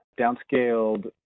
downscaled